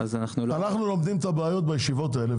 אנחנו לומדים את הבעיות בישיבות האלה,